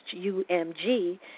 UMG